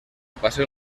paseo